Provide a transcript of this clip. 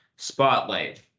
Spotlight